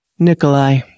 Nikolai